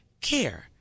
Care